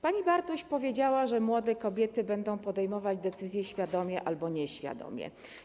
Pani Bartuś powiedziała, że młode kobiety będą podejmować decyzję świadomie lub nieświadomie.